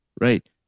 right